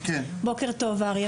בוקר טוב אריה,